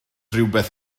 rhywbeth